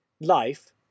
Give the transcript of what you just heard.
life